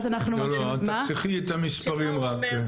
לא, תחסכי את המספרים רק.